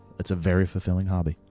it's a very fulfilling hobby.